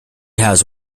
has